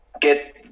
get